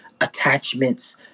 attachments